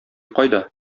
кайда